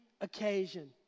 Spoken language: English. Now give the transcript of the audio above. occasion